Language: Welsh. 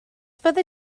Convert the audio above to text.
fyddi